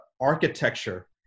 architecture